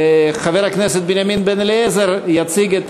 חבר הכנסת בנימין בן-אליעזר יציג את